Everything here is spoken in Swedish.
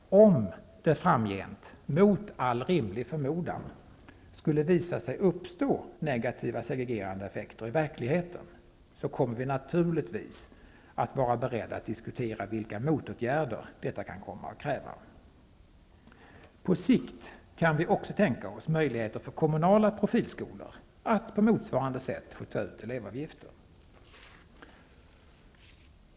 Om det framgent, mot all rimlig förmodan, skulle visa sig uppstå negativa segregerande effekter i verkligheten, kommer vi naturligtvis att vara beredda att diskutera vilka motåtgärder detta kan komma att kräva. På sikt kan vi också tänka oss möjligheter för kommunala profilskolor att på motsvarande sätt få ta ut elevavgifter.